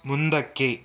ಮುಂದಕ್ಕೆ